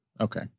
okay